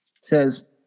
Says